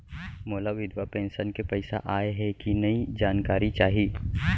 मोला विधवा पेंशन के पइसा आय हे कि नई जानकारी चाही?